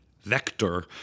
Vector